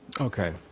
Okay